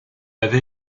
avait